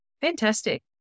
Fantastic